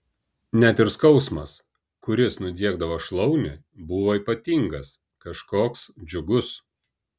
net ir skausmas kuris nudiegdavo šlaunį buvo ypatingas kažkoks džiugus